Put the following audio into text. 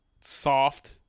soft